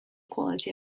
quality